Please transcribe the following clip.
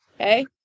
Okay